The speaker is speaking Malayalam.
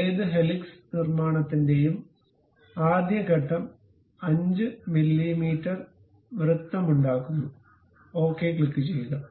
ഏത് ഹെലിക്സ് നിർമ്മാണത്തിന്റേയും ആദ്യ ഘട്ടം 5 മില്ലീമീറ്റർ വൃത്തമുണ്ടാക്കുന്നു ഓക്കേ ക്ലിക്കുചെയ്യുക